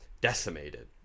decimated